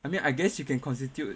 I mean I guess you can constitute